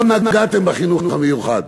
לא נגעתם בחינוך המיוחד.